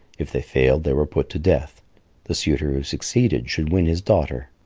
if they failed they were put to death the suitor who succeeded should win his daughter.